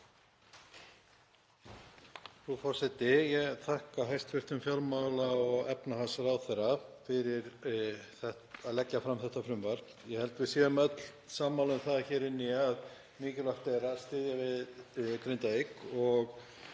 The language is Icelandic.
Frú forseti. Ég þakka hæstv. fjármála- og efnahagsráðherra fyrir að leggja fram þetta frumvarp. Ég held við séum öll sammála um það hér inni að mikilvægt er að styðja við Grindavík og